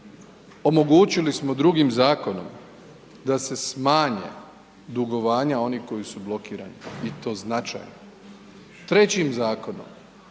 omogućili smo drugim zakonom da se smanje dugovanja onih koji su blokirani i to značajna. Trećim Zakonom